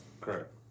Correct